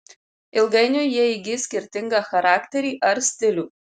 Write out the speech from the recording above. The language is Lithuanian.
ilgainiui jie įgis skirtingą charakterį ar stilių